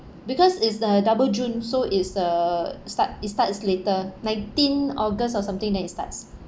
because is the double june so it's the start it starts later nineteen august or something then it starts